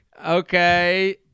Okay